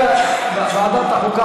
וועדת החוקה,